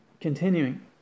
continuing